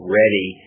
ready